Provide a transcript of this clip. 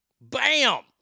Bam